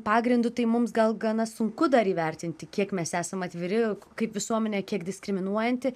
pagrindu tai mums gal gana sunku dar įvertinti kiek mes esam atviri kaip visuomenė kiek diskriminuojanti